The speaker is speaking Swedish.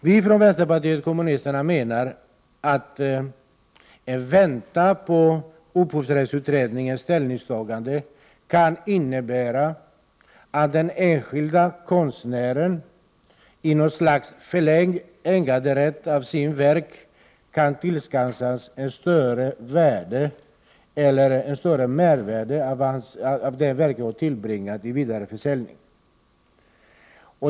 Vi från vänsterpartiet kommunisterna menar att en väntan på upphovsrättsutredningens ställningstagande kan innebära att den enskilde konstnären i något slags förlängd äganderätt till sitt verk kan tillskansa sig ett större mervärde av det verket inbringar vid vidareförsäljning.